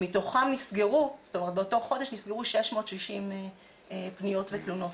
באותו חודש נסגרו 660 פניות ותלונות.